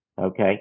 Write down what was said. Okay